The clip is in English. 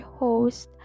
host